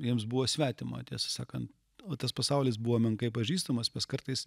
jiems buvo svetima tiesą sakant o tas pasaulis buvo menkai pažįstamas mes kartais